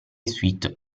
suite